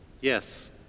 yes